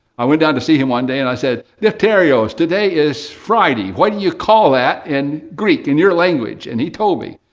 i went down to see him one day and i said, defterious, today is friday, what do you call that in greek, in your language? and he told me,